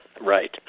Right